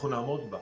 אנחנו נעמוד בה.